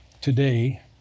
Today